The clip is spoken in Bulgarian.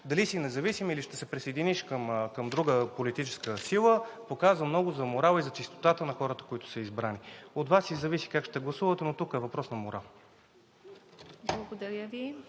Дали си независим, или ще се присъединиш към друга политическа сила, показва много за морала и за чистотата на хората, които са избрани. От Вас си зависи как ще гласувате, но тук е въпрос на морал. ПРЕДСЕДАТЕЛ